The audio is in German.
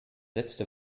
letzte